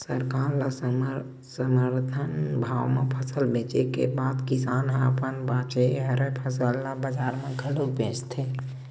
सरकार ल समरथन भाव म फसल बेचे के बाद किसान ह अपन बाचे हरय फसल ल बजार म घलोक बेचथे